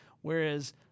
whereas